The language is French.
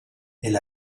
elle